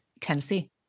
Tennessee